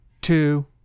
two